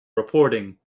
reporting